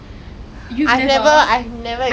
you know my floor is really very cold leh